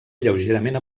lleugerament